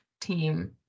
team